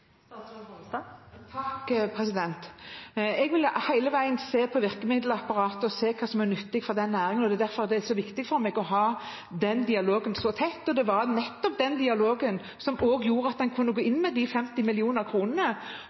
Jeg vil hele veien se på virkemiddelapparatet og se på hva som er nyttig for den næringen, og det er derfor det er så viktig for meg å ha den dialogen så tett. Det var også nettopp den dialogen som gjorde at en kunne gå inn med 50